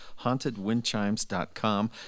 hauntedwindchimes.com